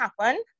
happen